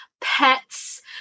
pets